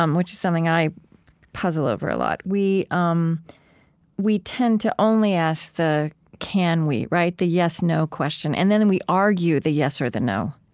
um which is something i puzzle over a lot, we um we tend to only ask the can we, the yes no question, and then then we argue the yes or the no.